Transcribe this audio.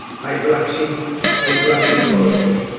hydroxy hydroxy calorically